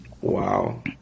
wow